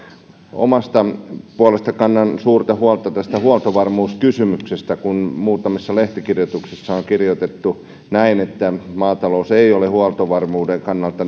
omasta puolestani kannan suurta huolta tästä huoltovarmuuskysymyksestä kun muutamissa lehtikirjoituksissa on kirjoitettu näin että huoltovarmuuden kannalta